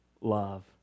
love